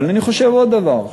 אבל אני חושב עוד דבר,